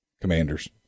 Commanders